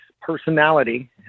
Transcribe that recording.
personality